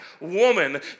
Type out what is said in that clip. woman